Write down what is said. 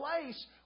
place